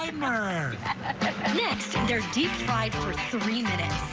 ah um next and they're deep-fried for three minutes.